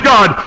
God